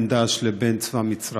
בין דאעש לבין צבא מצרים.